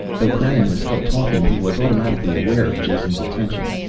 though krannon was still talking, he was automatically aware of jason's attention.